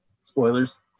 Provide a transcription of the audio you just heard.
Spoilers